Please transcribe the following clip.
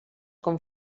com